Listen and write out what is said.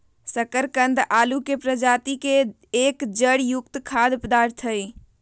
शकरकंद आलू के प्रजाति के एक जड़ युक्त खाद्य पदार्थ हई